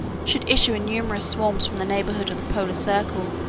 should issue in numerous swarms from the neighborhood of the polar circle,